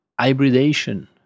hybridation